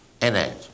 energy